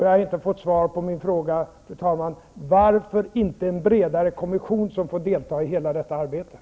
Jag har inte fått svar på min fråga, fru talman, varför man inte tillsätter en bred kommission som får delta i arbetet.